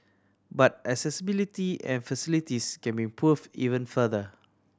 but accessibility and facilities can be improve even further